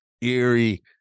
eerie